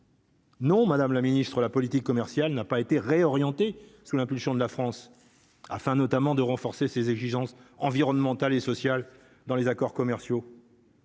Non, Madame la Ministre, la politique commerciale n'a pas été réorienté sous l'impulsion de la France, afin notamment de renforcer ses exigences environnementales et sociales dans les accords commerciaux.